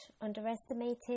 underestimated